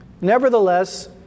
Nevertheless